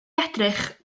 edrych